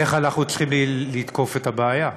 איך אנחנו צריכים לתקוף את הבעיה,